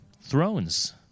Thrones